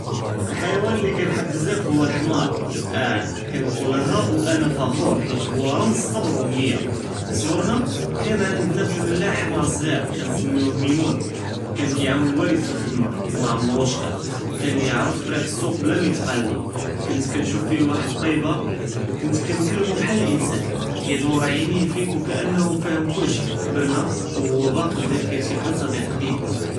לחיוואן לי כנחב בזאף הו לח׳מאר אה כנקולהא ו אנה פח׳ור חית הו רמז לצּבר ו לנִיַה, פי צּגרנא כאן ענדנא פי למלאח ח׳מאר צּע׳יר כנסמיו מימון כאן כיעוונ לואליד ו מעמרו שׁכָּא כאן כיעְרף טרִיק לסוק בלא מא יתְקאל ליה כנת כנשׁוף פיה ואחד לטיבה ו כנת כנקְּלמו בהאל לאִנְסאן כּידוּר עִיניו פִיכּ כאנה פאהם כּלשי כּברנא ו הו באקי פי דאכ שי בהאל צדיק קדִים.